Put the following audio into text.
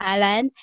Alan